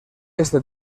este